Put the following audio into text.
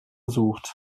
sucht